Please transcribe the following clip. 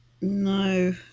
No